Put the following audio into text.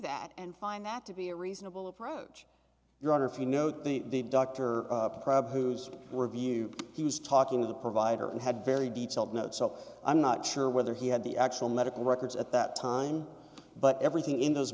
that and find that to be a reasonable approach your honor if you know that the doctor who's review he was talking to the provider i had very detailed notes so i'm not sure whether he had the actual medical records at that time but everything in those